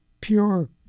pure